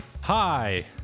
Hi